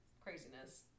Craziness